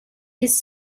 his